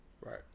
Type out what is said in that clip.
Right